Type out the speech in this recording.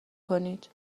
کنید